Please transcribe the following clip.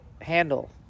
handle